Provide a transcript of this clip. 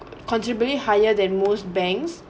considerably higher than most banks